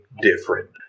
different